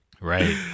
Right